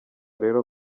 rero